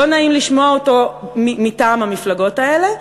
לא נעים לשמוע אותו מטעם המפלגות האלה,